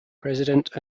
president